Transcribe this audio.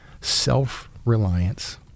self-reliance